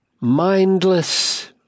mindless